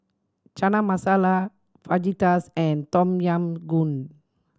Chana Masala Fajitas and Tom Yam Goong